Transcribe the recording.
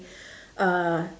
uh